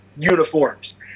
uniforms